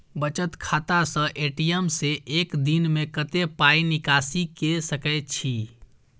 बचत खाता स ए.टी.एम से एक दिन में कत्ते पाई निकासी के सके छि?